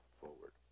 forward